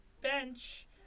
bench